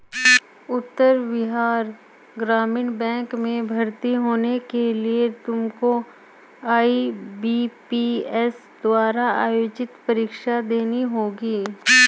उत्तर Bihar Gramin bank में भर्ती होने के लिए तुमको आई.बी.पी.एस द्वारा आयोजित परीक्षा देनी होगी